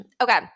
Okay